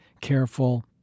careful